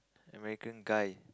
American guy